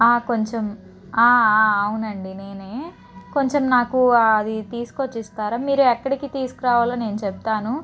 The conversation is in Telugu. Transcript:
కొంచెం అవునండి నేనే కొంచెం నాకు అది తీసుకొని వచ్చి ఇస్తారా మీరు ఎక్కడికి తీసుకురావాలో నేను చెప్తాను